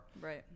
Right